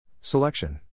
Selection